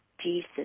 Jesus